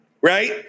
Right